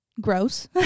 gross